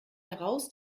heraus